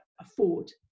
afford